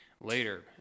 later